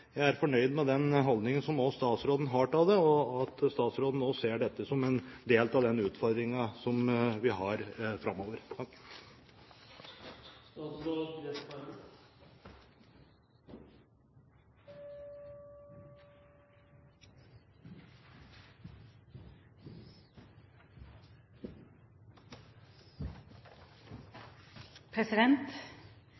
jeg er fornøyd med den holdningen som statsråden har til det, og at statsråden også ser dette som en del av den utfordringen som vi har framover.